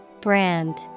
Brand